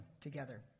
together